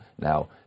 Now